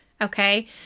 Okay